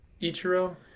Ichiro